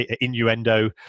innuendo